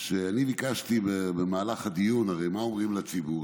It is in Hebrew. שאני ביקשתי במהלך הדיון, הרי מה אומרים לציבור?